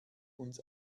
uns